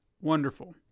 Wonderful